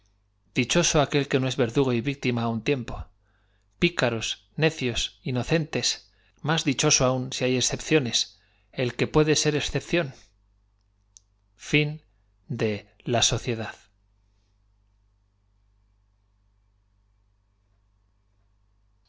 dichoso aquel que n o es verdugo y víctima á m e dijo que empezaba el peligro y que debía un tiempo picaros necios inocentes más concluirse el amor su tranquilidad era lo prime dichoso aún si hay excepciones el que puede ro e